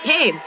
Hey